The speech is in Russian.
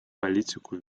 политику